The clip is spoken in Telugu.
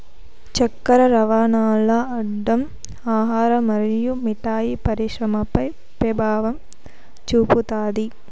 చక్కర రవాణాల్ల అడ్డం ఆహార మరియు మిఠాయి పరిశ్రమపై పెభావం చూపుతాది